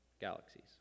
galaxies